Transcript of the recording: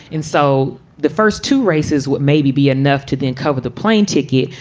and so the first two races would maybe be enough to then cover the plane ticket.